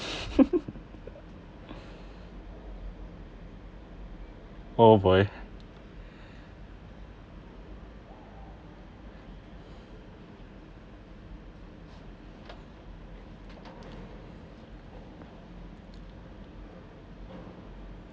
oh boy